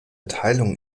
teilung